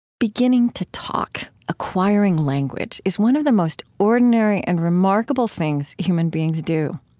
beginning to talk, acquiring language, is one of the most ordinary and remarkable things human beings do.